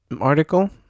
article